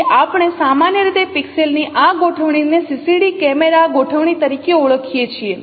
તેથી આપણે સામાન્ય રીતે પિક્સેલ્સની આ ગોઠવણીને CCD કેમેરા ગોઠવણી તરીકે ઓળખીએ છીએ